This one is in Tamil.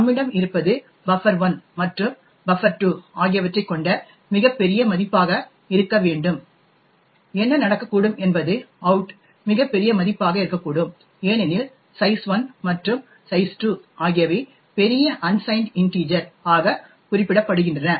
நம்மிடம் இருப்பது பஃபர் 1 மற்றும் பஃபர் 2 ஆகியவற்றைக் கொண்ட மிகப் பெரிய மதிப்பாக இருக்க வேண்டும் என்ன நடக்கக்கூடும் என்பது அவுட் மிகப் பெரிய மதிப்பாக இருக்கக்கூடும் ஏனெனில் சைஸ் 1 மற்றும் சைஸ் 2 ஆகியவை பெரிய அன்சைன்ட் இன்டிஜர் ஆக குறிப்பிடப்படுகின்றன